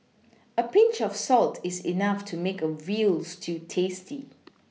a Pinch of salt is enough to make a veal stew tasty